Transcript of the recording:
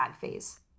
phase